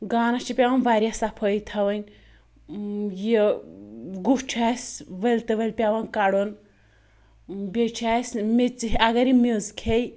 گانَس چھِ پیٚوان واریاہ صفٲیی تھاوٕنۍ یہِ گُہہ چھُ اسہِ ؤلۍ تہٕ ؤلۍ پیٚوان کَڑُن بیٚیہِ چھِ اسہِ میٚژِ اَگَر یہِ میٚژ کھیٚیہِ